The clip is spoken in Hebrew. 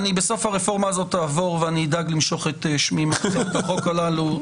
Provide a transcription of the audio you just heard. בסוף הרפורמה הזאת אני אעבור ואני אדאג למשוך את שמי מהצעות החוק הללו.